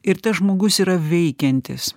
ir tas žmogus yra veikiantis